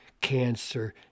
cancer